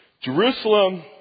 Jerusalem